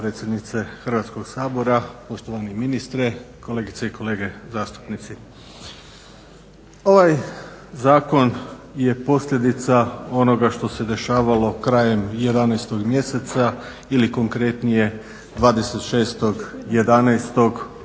potpredsjednice Hrvatskog sabora. Poštovani ministre, kolegice i kolege, zastupnici. Ovaj zakon je posljedica onoga što se dešavalo krajem 11.mjeseca ili konkretnije 26.11.u